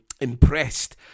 impressed